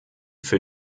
für